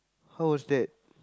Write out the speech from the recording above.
how was that